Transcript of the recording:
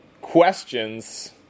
questions